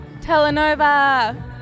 Telenova